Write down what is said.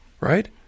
right